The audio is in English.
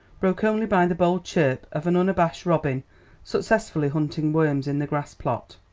broken only by the bold chirp of an unabashed robin successfully hunting worms in the grass-plot.